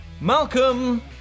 Malcolm